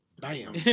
Bam